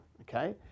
okay